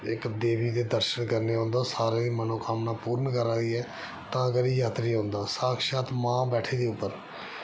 इक देवी दे दर्शन करने गी औंदा सारें दी मनोकामनां पूर्ण करा दी ऐ तां करियै यात्री औंदा साक्षात मां बैठी दी उप्पर